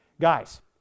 Guys